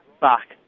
back